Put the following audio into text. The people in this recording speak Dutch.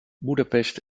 budapest